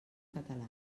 català